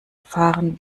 fahren